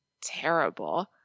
terrible